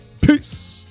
Peace